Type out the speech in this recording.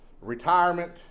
retirement